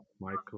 Michael